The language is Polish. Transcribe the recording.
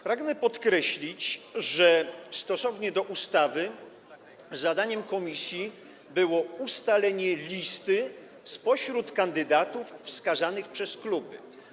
Pragnę podkreślić, że stosownie do ustawy zadaniem komisji było ustalenie listy spośród kandydatów wskazanych przez kluby.